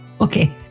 Okay